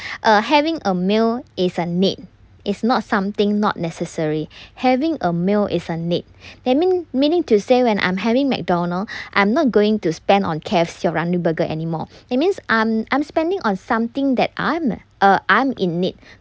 uh having a meal is a need is not something not necessary having a meal is a need that mean meaning to say when I'm having McDonald I'm not going to spend on K_F_C or ramly burger anymore it means I'm I'm spending on something that I'm uh I'm in need